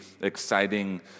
exciting